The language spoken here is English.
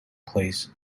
place